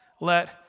let